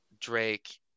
Drake